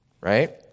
right